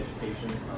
education